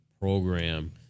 program